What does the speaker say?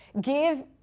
Give